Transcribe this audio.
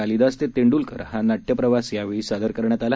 कालिदासतेतेंडुलकरहानाट्यप्रवासयावेळीसादरकरण्यातआला